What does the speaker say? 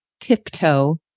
tiptoe